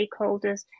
stakeholders